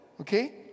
Okay